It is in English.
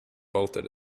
bolted